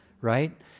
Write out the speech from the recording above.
Right